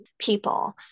people